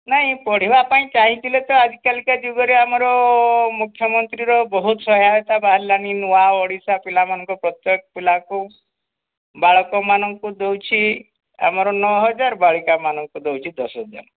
ନାଇଁ ପଢ଼ିବା ପାଇଁ ଚାହିଁଥିଲେ ତ ଆଜି କାଲିକା ଯୁଗରେ ଆମର ମୁଖ୍ୟମନ୍ତ୍ରୀର ବହୁତ ସହାୟତା ବାହାରିଲାଣି ନୂଆ ଓଡ଼ିଶା ପିଲାମାନଙ୍କୁ ପ୍ରତ୍ୟେକ ପିଲାଙ୍କୁ ବାଳକମାନଙ୍କୁ ଦେଉଛି ଆମର ନଅ ହଜାର ବାଳିକାମାନଙ୍କୁ ଦେଉଛି ଦଶ ହଜାର